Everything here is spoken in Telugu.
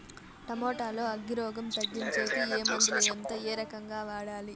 టమోటా లో అగ్గి రోగం తగ్గించేకి ఏ మందులు? ఎంత? ఏ రకంగా వాడాలి?